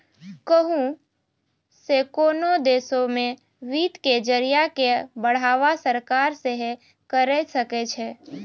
कहुं से कोनो देशो मे वित्त के जरिया के बढ़ावा सरकार सेहे करे सकै छै